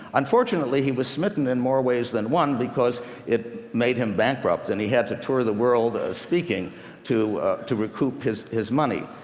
unfortunately, he was smitten in more ways than one, because it made him bankrupt, and he had to tour the world speaking to to recoup his his money.